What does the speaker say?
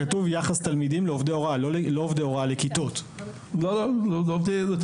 כתוב יחס תלמידים לעובדי הוראה, לא עובדי הוראה